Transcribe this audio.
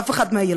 אף אחד מהילדים,